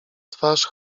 twarz